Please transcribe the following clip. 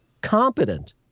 competent